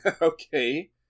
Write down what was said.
Okay